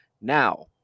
Now